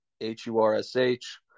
h-u-r-s-h